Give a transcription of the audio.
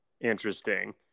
interesting